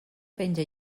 penja